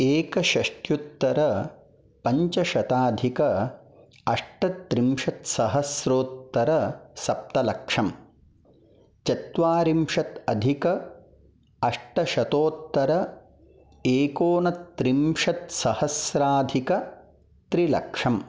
एकषष्ट्युत्तरपञ्चशताधिक अष्टत्रिंशत्सहस्रोत्तरसप्तलक्षम् चत्वारिंशत् अधिक अष्टशतोत्तर एकोनत्रिंशत्सहस्राधिकत्रिलक्षम्